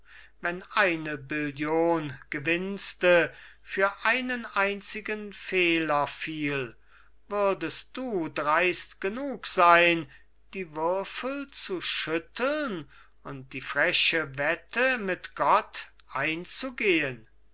wenn eine billion gewinste für einen einzigen fehler fiel würdes du dreust genug sein die würfel zu schütteln und die freche wette mit gott einzugehen